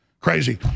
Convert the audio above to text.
Crazy